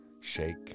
shake